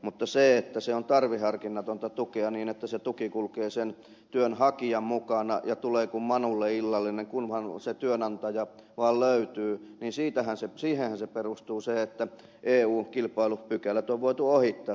mutta se on tarveharkinnatonta tukea niin että se tuki kulkee sen työnhakijan mukana ja tulee kuin manulle illallinen kun se työnantaja vaan löytyy niin siihenhän perustuu se että eun kilpailupykälät on voitu ohittaa sillä perusteella